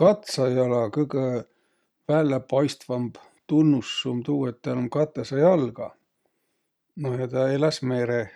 Katsajala kõgõ välläpaistvamb tunnus um tuu, et täl um katõsa jalga. No ja tä eläs mereh.